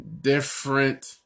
different